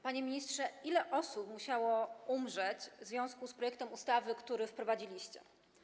Panie ministrze, ile osób musiało umrzeć w związku z ustawą, którą wprowadziliście?